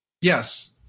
Yes